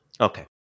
Okay